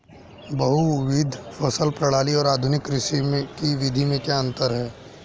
बहुविध फसल प्रणाली और आधुनिक कृषि की विधि में क्या अंतर है?